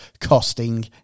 costing